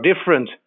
different